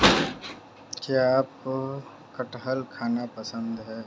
क्या आपको कठहल खाना पसंद है?